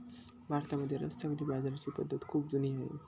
भारतामध्ये रस्त्यावरील बाजाराची पद्धत खूप जुनी आहे